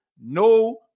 no